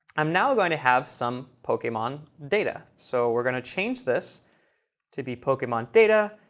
i'm now going to have some pokemon data. so we're going to change this to be pokemon data,